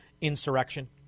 insurrection